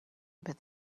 but